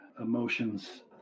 emotions